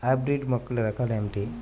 Hybrid మొక్కల రకాలు ఏమిటీ?